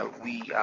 ah we